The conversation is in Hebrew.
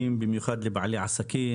במיוחד לבעלי עסקים,